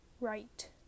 right